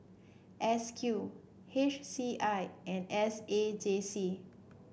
S Q H C I and S A J C